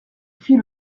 fit